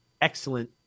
excellent